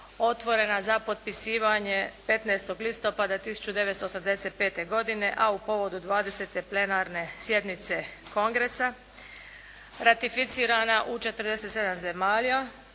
otvorena za potpisivanje 15. listopada 1985. godine a u povodu 20. plenarne sjednice Kongresa, ratificirana u 47. zemalja,